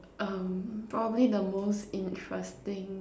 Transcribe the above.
um probably the most interesting